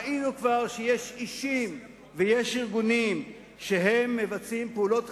ראינו כבר שיש אישים ויש ארגונים שמבצעים פעולות